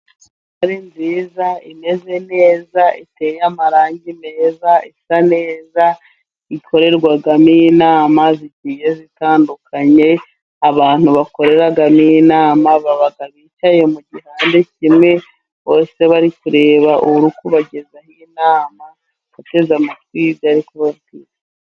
Sare nziza, imeze neza, iteye amarangi meza, isa neza, ikorerwamo inama zigiye zitandukanye, abantu bakoreramo inama baba bicaye mu gihandade kimwe bose bari kureba uri kubagezaho inama bateze amatwi ibyo ari kubabwira.